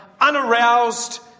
unaroused